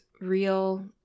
real